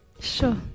Sure